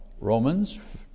Romans